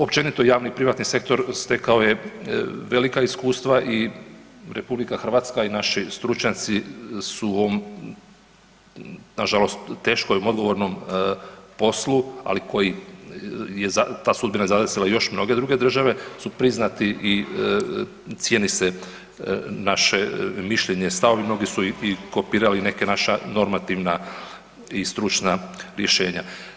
Općenito javni i privatni sektor stekao je velika iskustva i RH i naši stručnjaci su u ovom nažalost teškom i odgovornom poslu, ali koji, ta sudbina je zadesila još mnoge druge države, su priznati i cijeni se naše mišljenje i stavovi, mnogi su i kopirali neka naša normativna i stručna rješenja.